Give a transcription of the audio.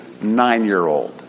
nine-year-old